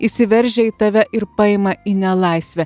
įsiveržia į tave ir paima į nelaisvę